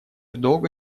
долго